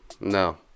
No